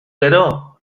gero